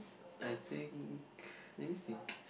I think let me think